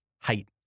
height